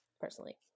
personally